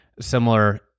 similar